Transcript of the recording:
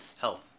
...health